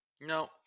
No